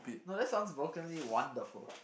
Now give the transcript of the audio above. no that sounds wonderful